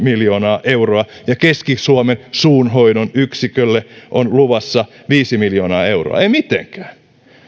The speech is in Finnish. miljoonaa euroa ja keski suomen suunhoidon yksikölle on luvassa viisi miljoonaa euroa ei mitenkään